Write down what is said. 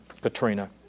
Katrina